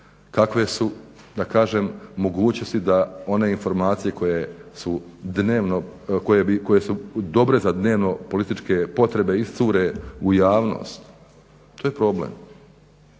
da kažem mogućnosti da one informacije koje su dnevno, koje su dobre za dnevno političke potpore iscure u javnost. To je problem.